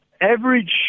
average